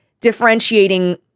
differentiating